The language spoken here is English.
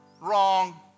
wrong